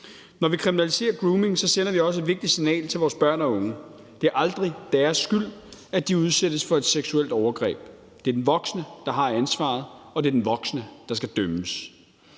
Når vi kriminaliserer grooming, sender vi også et vigtigt signal til vores børn og unge: Det er aldrig deres skyld, at de udsættes for et seksuelt overgreb; det er den voksne, der har ansvaret, og det er den voksne, der skal dømmes.